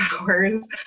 hours